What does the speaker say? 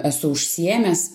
esu užsiėmęs